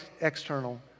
external